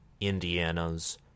Indiana's